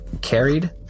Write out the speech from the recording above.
carried